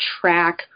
track